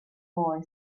boy